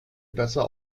besser